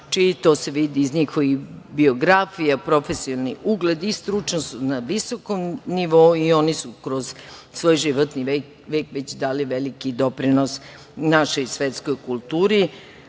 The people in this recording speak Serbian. To se vidi iz njihovih biografija, profesionalni ugled i stručnost su na visokom nivou i oni su kroz svoj životni vek već dali veliki doprinos našoj svetskoj kulturi. Vidite